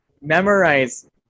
memorize